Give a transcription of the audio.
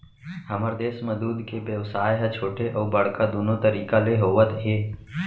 हमर देस म दूद के बेवसाय ह छोटे अउ बड़का दुनो तरीका ले होवत हे